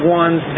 ones